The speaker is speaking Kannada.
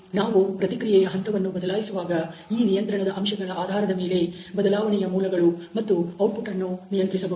ನಾವು ಪ್ರತಿಕ್ರಿಯೆಯ ಹಂತವನ್ನು ಬದಲಾಯಿಸುವಾಗ ಈ ನಿಯಂತ್ರಣದ ಅಂಶಗಳ ಆಧಾರದ ಮೇಲೆ ಬದಲಾವಣೆಯ ಮೂಲಗಳನ್ನು ಮತ್ತು ಔಟ್ಪುಟ್ ಅನ್ನು ನಿಯಂತ್ರಿಸಬಹುದು